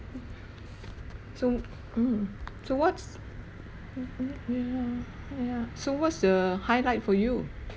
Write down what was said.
so mm so what's mm mm yeah yeah so what's the highlight for you